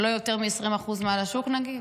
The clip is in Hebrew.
לא יותר מ-20% מעל השוק, נגיד?